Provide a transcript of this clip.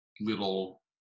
little